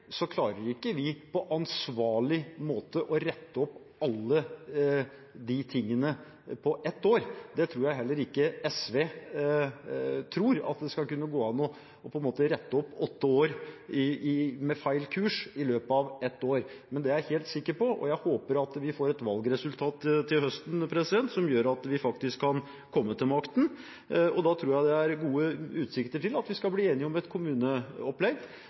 klarer vi ikke på en ansvarlig måte å rette opp alle de tingene på ett år. Det er jeg helt sikker på at heller ikke SV tror, at det skal kunne gå an å rette opp åtte år med feil kurs i løpet av ett år. Jeg håper vi får et valgresultat til høsten som gjør at vi faktisk kan komme til makten. Da tror jeg det er gode utsikter til at vi skal kunne bli enige om et kommuneopplegg